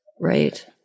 right